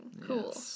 cool